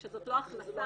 שזאת לא הכנסה.